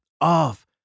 off